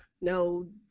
No